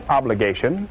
obligation